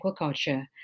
Aquaculture